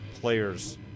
players